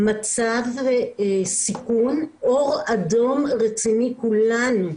במצב של סיכון, אור אדום רציני לכולנו.